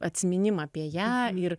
atsiminimą apie ją ir